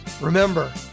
Remember